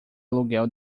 aluguel